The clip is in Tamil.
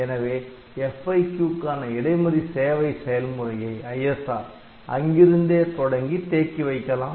எனவே FIQ க்கான இடைமறி சேவை செயல்முறையை அங்கிருந்தே தொடங்கி தேக்கி வைக்கலாம்